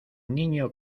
niño